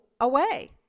away